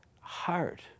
heart